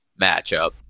matchup